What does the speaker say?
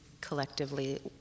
collectively